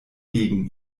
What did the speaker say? gegen